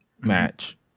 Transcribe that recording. match